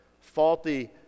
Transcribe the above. Faulty